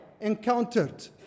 encountered